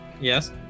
Yes